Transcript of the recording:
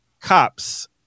cops